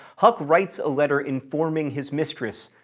huck writes a letter informing his mistress,